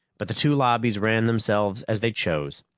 but the two lobbies ran themselves as they chose.